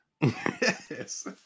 Yes